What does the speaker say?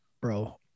Bro